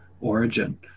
origin